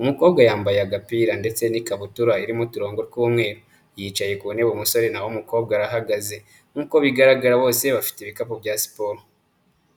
umukobwa yambaye agapira ndetse n'ikabutura irimo uturongo tw'umweru. Yicaye ku ntebe umusore naho umukobwa arahagaze. Nkuko bigaragara bose bafite ibikapu bya siporo.